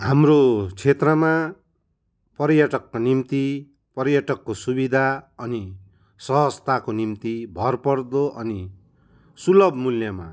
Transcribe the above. हाम्रो क्षेत्रमा पर्यटकको निम्ति पर्यटकको सुविधा अनि सहजताको निम्ति भरपर्दो अनि सुलभ मूल्यमा